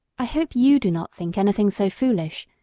i hope you do not think anything so foolish,